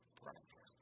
price